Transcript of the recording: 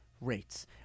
rates